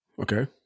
Okay